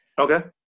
Okay